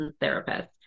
therapist